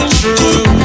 true